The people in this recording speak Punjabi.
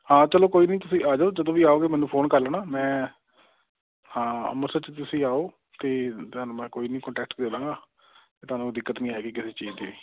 ਹਾਂ ਚਲੋ ਕੋਈ ਨਹੀਂ ਤੁਸੀਂ ਆ ਜਾਓ ਜਦੋਂ ਵੀ ਆਓਗੇ ਮੈਨੂੰ ਫ਼ੋਨ ਕਰ ਲੈਣਾ ਮੈਂ ਹਾਂ ਅੰਮ੍ਰਿਤਸਰ 'ਚ ਤੁਸੀਂ ਆਓ ਅਤੇ ਤੁਹਾਨੂੰ ਮੈਂ ਕੋਈ ਨਹੀਂ ਕੋਂਟੈਕਟ ਦੇ ਦਾਂਗਾ ਅਤੇ ਤੁਹਾਨੂੰ ਦਿੱਕਤ ਨਹੀਂ ਆਏਗੀ ਕਿਸੇ ਚੀਜ਼ ਦੀ